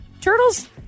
Turtles